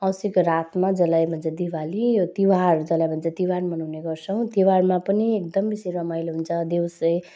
औँसीको रातमा जसलाई भन्छ दीपावाली यो तिहार जसलाई भन्छ तिहार मनाउने गर्छौँ तिहारमा पनि एकदम बेसी रमाइलो हुन्छ देउसे